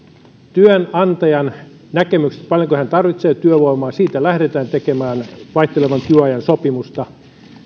työnantajan näkemyksestä paljonko hän tarvitsee työvoimaa lähdetään tekemään vaihtelevan työajan sopimusta